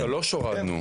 הורדנו?